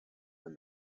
and